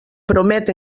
promet